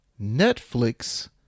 Netflix